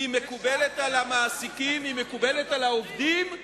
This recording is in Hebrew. היא מקובלת על המעסיקים, היא מקובלת על העובדים,